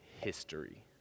history